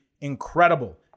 incredible